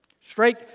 Straight